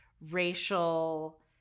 racial